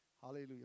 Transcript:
Hallelujah